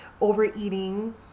overeating